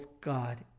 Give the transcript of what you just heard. God